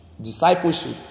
discipleship